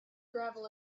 gravel